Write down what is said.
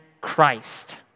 Christ